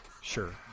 Sure